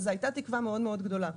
וזו הייתה תקווה מאוד מאוד גדולה.